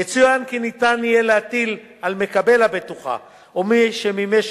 יצוין כי ניתן יהיה להטיל על מקבל הבטוחה או מי שמימש